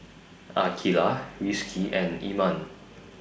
Aqeelah Rizqi and Iman